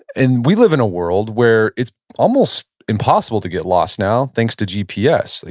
and we live in a world where it's almost impossible to get lost now thanks to gps. like